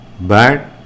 bad